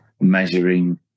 measuring